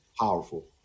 powerful